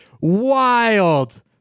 wild